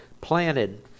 planted